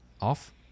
off